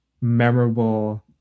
memorable